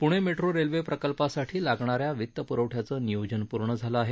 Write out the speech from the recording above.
Pune metro railway प्रकल्पासाठी लागणाऱ्या वित्त पुरवठ्याचं नियोजन पूर्ण झालं आहे